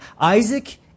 Isaac